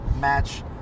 match